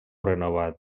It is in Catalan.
renovat